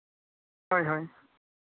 ᱦᱳᱭ ᱦᱳᱭ